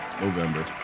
November